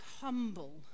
humble